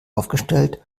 aufgestellt